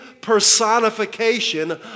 personification